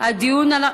זה דיון שונה.